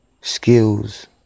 skills